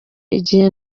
igihe